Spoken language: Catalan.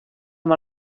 amb